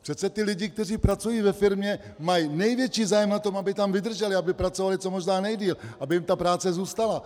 Přece ti lidé, kteří pracují ve firmě, mají největší zájem na tom, aby tam vydrželi, aby pracovali co možná nejdéle, aby jim ta práce zůstala.